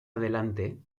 adelante